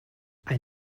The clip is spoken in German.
ein